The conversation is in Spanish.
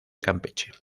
campeche